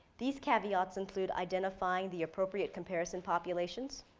these caveats include identifying the appropriate comparison populations,